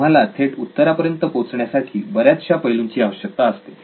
तुम्हाला थेट उत्तरापर्यंत पोचण्यासाठी बऱ्याचशा पैलूंची आवश्यकता असते